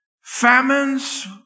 famines